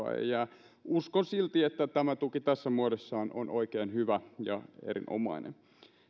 väliinputoajia jää uskon silti että tämä tuki tässä muodossaan on oikein hyvä ja erinomainen